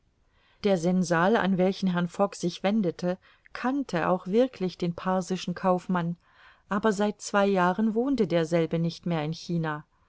der sensal an welchen herr fogg sich wendete kannte auch wirklich den parsischen kaufmann aber seit zwei jahren wohnte derselbe nicht mehr in china